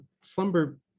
slumber